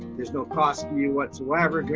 there's no cost for you whatsoever.